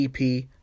EP